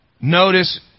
Notice